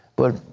but,